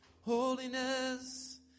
Holiness